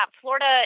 Florida